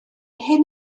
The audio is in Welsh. hyn